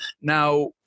Now